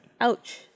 Ouch